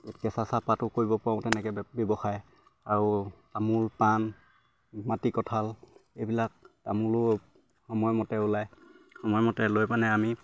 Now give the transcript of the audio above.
কেঁচা চাহপাতো কৰিব পাৰোঁ তেনেকে ব্যৱসায় আৰু তামোল পাণ মাটি কঁঠাল এইবিলাক তামোলো সময়মতে ওলায় সময়মতে লৈ পেলাই আমি